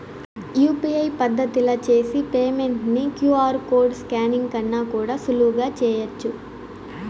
UPI పద్దతిల చేసి payment ని క్యూ.ఆర్ కోడ్ స్కానింగ్ కన్నా కూడా సులువుగా చేయచ్చు